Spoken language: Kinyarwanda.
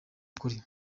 ukuri